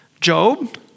Job